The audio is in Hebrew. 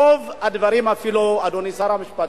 ברוב הדברים, אדוני שר המשפטים,